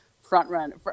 front-run